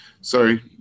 Sorry